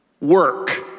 work